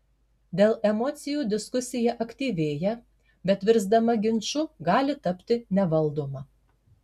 dėl emocijų diskusija aktyvėja bet virsdama ginču gali tapti nevaldoma